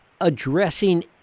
addressing